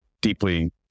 deeply